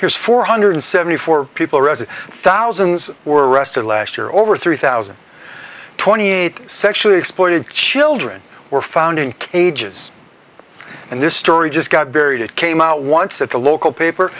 here's four hundred seventy four people arrested thousands were arrested last year over three thousand twenty eight sexually exploited children were found in ages and this story just got buried it came out once at the local paper